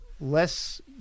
less